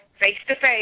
face-to-face